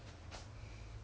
to Korea already